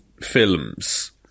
films